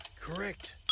Correct